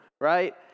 right